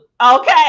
okay